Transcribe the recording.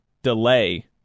delay